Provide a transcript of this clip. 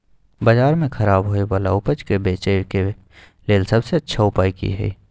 बाजार में खराब होय वाला उपज के बेचय के लेल सबसे अच्छा उपाय की हय?